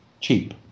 cheap